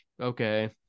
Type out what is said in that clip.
okay